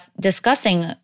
discussing